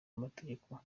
amategeko